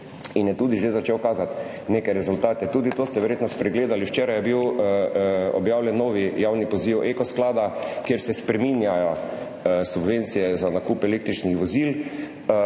in je že začel kazati neke rezultate. Tudi to ste verjetno spregledali. Včeraj je bil objavljen nov javni poziv Eko sklada, kjer se spreminjajo subvencije za nakup električnih vozil